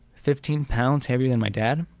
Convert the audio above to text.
fifteen pounds heavier than my dad